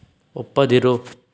ಒಪ್ಪದಿರು